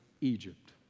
Egypt